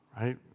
right